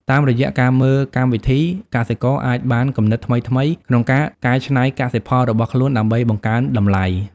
តាមរយៈការមើលកម្មវិធី កសិករអាចបានគំនិតថ្មីៗក្នុងការកែច្នៃកសិផលរបស់ខ្លួនដើម្បីបង្កើនតម្លៃ។